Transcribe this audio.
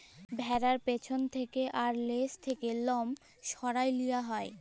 ভ্যাড়ার পেছল থ্যাকে আর লেজ থ্যাকে লম সরাঁয় লিয়া হ্যয়